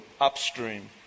upstream